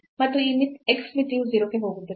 ಮತ್ತು x ಮಿತಿಯು 0 ಕ್ಕೆ ಹೋಗುತ್ತದೆ